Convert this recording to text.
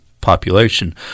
population